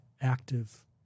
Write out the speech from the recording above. active